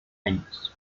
años